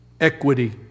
equity